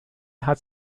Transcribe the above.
hat